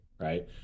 Right